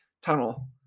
tunnel